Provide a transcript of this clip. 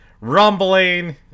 rumbling